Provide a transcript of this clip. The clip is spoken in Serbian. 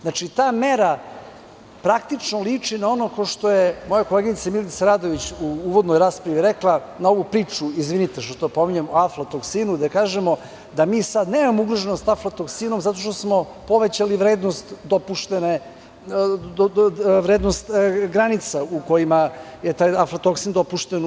Znači, ta mera praktično liči na ono što je moja koleginica Milica Radović u uvodnoj raspravi rekla, na onu priču, izvinite što to pominjem, o aflatoksinu, gde kažemo da mi sada nemamo ugroženost aflatoksinom zato što smo povećali vrednost i granicu u kojoj je taj aflatoksin dopušten.